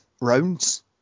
rounds